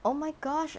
oh my gosh